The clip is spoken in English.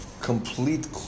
Complete